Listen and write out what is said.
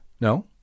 No